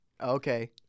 Okay